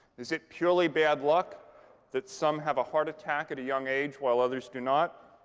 is it purely bad luck that some have a heart attack at a young age while others do not?